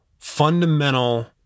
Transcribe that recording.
fundamental